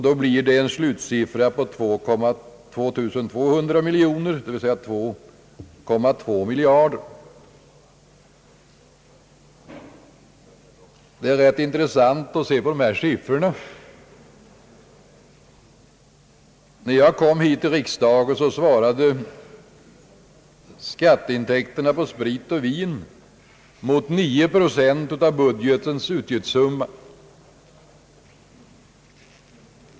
Då blir det en slutsiffra på 2,2 miljarder. Det är rätt intressant att se på dessa siffror. När jag kom hit till riksdagen svarade intäkterna av skatten på sprit och vin mot 9 procent av budgetens utgiftssumma.